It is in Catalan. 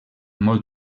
molt